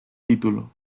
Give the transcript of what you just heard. título